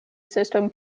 system